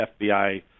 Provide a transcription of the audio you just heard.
FBI